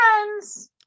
friends